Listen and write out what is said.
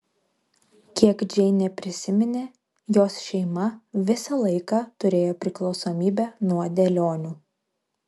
kiek džeinė prisiminė jos šeima visą laiką turėjo priklausomybę nuo dėlionių